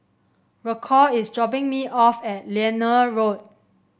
Rocco is dropping me off at Liane Road